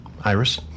Iris